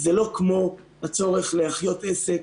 זה לא כמו הצורך להחיות עסק,